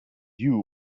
you